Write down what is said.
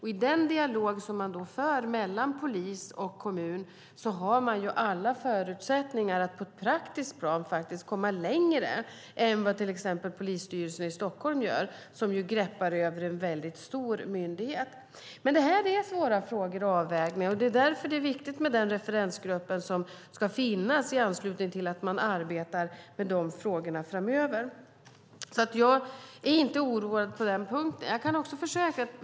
I den dialog som man för mellan polis och kommun har man alla förutsättningar att på ett praktiskt plan komma längre än vad till exempel polisstyrelsen i Stockholm gör som ju greppar över en väldigt stor myndighet. Det här är svåra frågor och avvägningar. Det är därför som det är viktigt med den referensgrupp som ska finnas i anslutning till att man arbetar med frågorna framöver. Jag är inte oroad på den punkten.